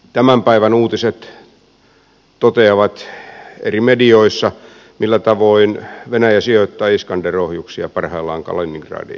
tämän päivän uutiset toteavat eri medioissa millä tavoin venäjä sijoittaa iskander ohjuksia parhaillaan kaliningradiin